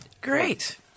Great